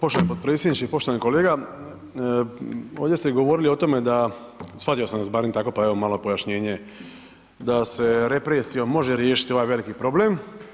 Poštovani potpredsjedniče i poštovani kolega, ovdje ste govorili o tome da, shvatio sam vas barem tako pa evo malo pojašnjenje, da se represijom može riješiti ovaj veliki problem.